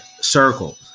circle